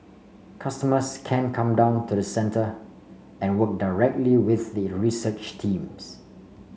customers can come down to the centre and work directly with the research teams